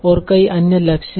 और कई अन्य लक्ष्य हैं